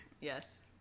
Yes